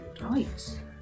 Right